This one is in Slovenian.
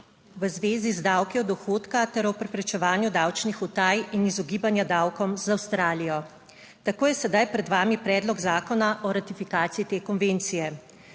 V zvezi z davki od dohodka ter o preprečevanju davčnih utaj in izogibanja davkom z Avstralijo, Tako je sedaj pred vami predlog zakona o ratifikaciji te konvencije.